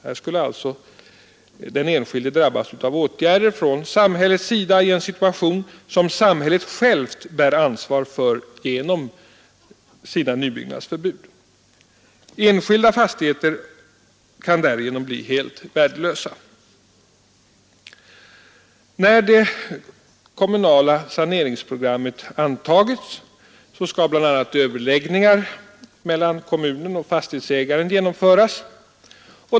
Här skulle alltså den enskilde drabbas av åtgärder från samhällets sida i en situation som samhället självt bär ansvaret för genom sina nybyggnadsförbud. Enskilda fastigheter kan därigenom bli helt värdelösa. När det kommunala saneringsprogrammet antagits skall bl.a. överläggningar mellan kommunen och fastighetsägaren genomföras.